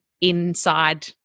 inside